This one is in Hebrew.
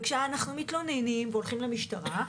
וכשאנחנו מתלוננים והולכים למשטרה,